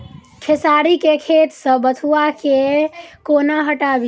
खेसारी केँ खेत सऽ बथुआ केँ कोना हटाबी